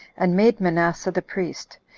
and made manasseh the priest,